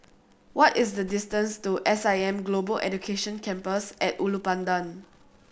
what is the distance to S I M Global Education Campus At Ulu Pandan